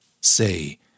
say